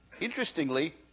Interestingly